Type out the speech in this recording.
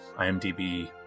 imdb